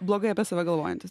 blogai apie save galvojantis